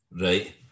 Right